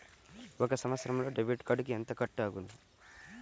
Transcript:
ఒక సంవత్సరంలో డెబిట్ కార్డుకు ఎంత కట్ అగును?